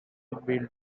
welding